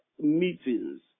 meetings